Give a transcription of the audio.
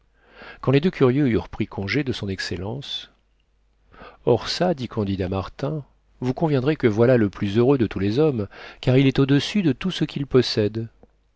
quand les deux curieux eurent pris congé de son excellence or çà dit candide à martin vous conviendrez que voilà le plus heureux de tous les hommes car il est au-dessus de tout ce qu'il possède